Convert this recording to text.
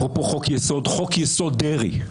אפרופו חוק יסוד חוק יסוד: דרעי.